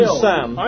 sam